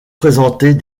présenter